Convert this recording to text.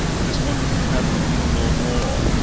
i just wonder if we could have it with a little more awe.